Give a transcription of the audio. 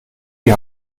die